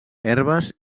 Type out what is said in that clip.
herbes